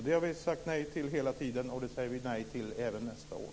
Det har vi sagt nej till hela tiden och det säger vi nej till även nästa år.